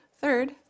Third